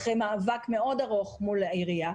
אחרי מאבק ארוך מאוד מול העירייה,